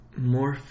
Morph